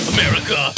America